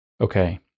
Okay